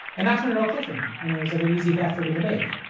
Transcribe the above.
and that's when it all clicked for me. and it was like an easy bet for me to make.